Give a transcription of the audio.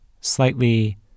slightly